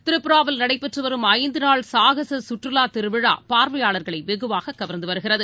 திரிபுராவில் நடைபெற்றுவரும் ஐந்துநாள் சாகசசுற்றுலாதிருவிழாபார்வையாளர்களைவெகுவாககவர்ந்துவருகிறது